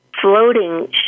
floating